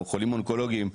חולים אונקולוגים,